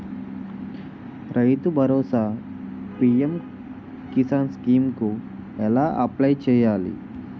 రైతు Bharosa PM Kisan scheme కు ఎలా అప్లయ్ చేయాలి?